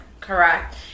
correct